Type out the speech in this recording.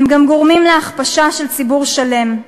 הם גם גורמים להכפשה של ציבור שלם.